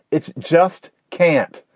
it's just can't.